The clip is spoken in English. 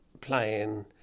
playing